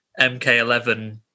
MK11